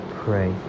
pray